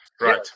right